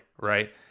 right